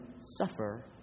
suffer